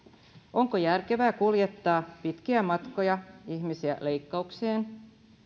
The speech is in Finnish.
onko järkevää kuljettaa pitkiä matkoja ihmisiä leikkaukseen